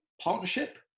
partnership